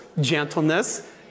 gentleness